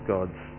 God's